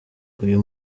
uyu